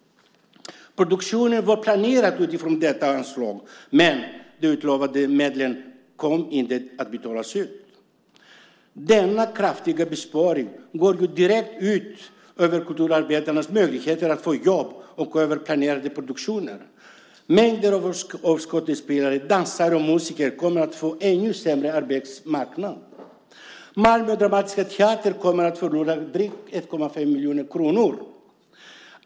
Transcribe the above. Produktioner var planerade utifrån detta anslag, men de utlovade medlen kommer inte att betalas ut. Denna kraftiga besparing går ju direkt ut över kulturarbetares möjligheter att få jobb och över planerade produktioner. Mängder av skådespelare, dansare och musiker kommer att få en ännu sämre arbetsmarknad. Malmö Dramatiska teater kommer att förlora drygt 1,5 miljoner kronor.